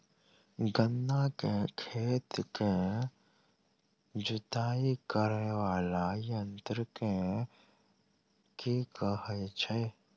गन्ना केँ खेत केँ जुताई करै वला यंत्र केँ की कहय छै?